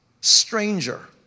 stranger